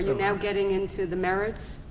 you know getting into the merits?